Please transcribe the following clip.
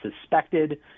suspected